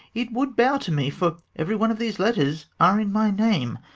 it would bow to me, for every one of these letters are in my name.